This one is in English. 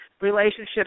relationships